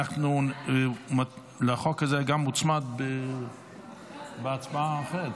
לחוק הזה מוצמדת הצעה אחרת.